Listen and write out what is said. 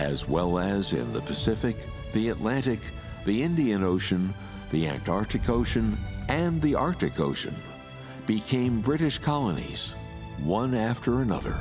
as well as in the pacific the atlantic the indian ocean the act arctic ocean and the arctic ocean became i'm british colonies one after another